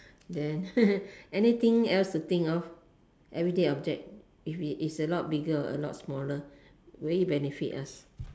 then anything else to think of everyday object if is if a lot bigger or a lot smaller will it benefit us